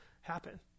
happen